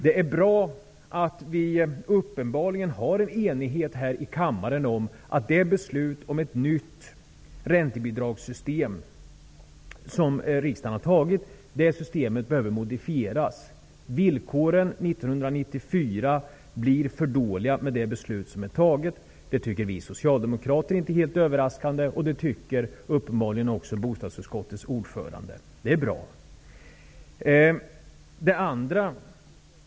Det är bra att vi uppenbarligen är eniga här i kammaren om att det beslut som riksdagen fattade om ett nytt räntebidragssystem behöver modifieras. Villkoren för 1994 blir för dåliga med det beslutet. Vi socialdemokrater tycker inte att det är helt överraskande, vilket bostadsutskottets ordförande uppenbarligen inte heller tycker.